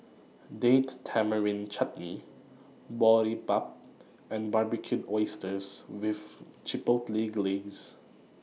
Date Tamarind Chutney Boribap and Barbecued Oysters with Chipotle Glaze